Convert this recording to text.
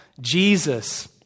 Jesus